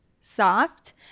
soft